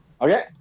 Okay